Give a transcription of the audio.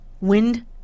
Wind